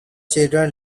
children